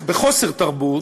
בחוסר תרבות.